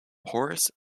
porous